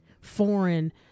foreign